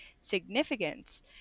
significance